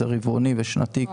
רבעוני ושנתי,